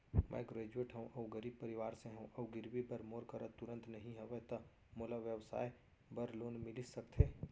मैं ग्रेजुएट हव अऊ गरीब परवार से हव अऊ गिरवी बर मोर करा तुरंत नहीं हवय त मोला व्यवसाय बर लोन मिलिस सकथे?